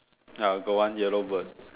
ya got one yellow bird